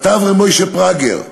כתב רב משה פראגר: